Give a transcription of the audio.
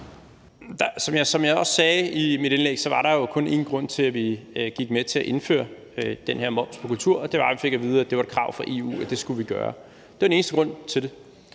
Som jeg også sagde i mit indlæg, var der jo kun én grund til, at vi gik med til at indføre den her moms på kultur, og den var, at vi fik at vide, at der var et krav fra EU om, at vi skulle gøre det. Det var den eneste grund til det.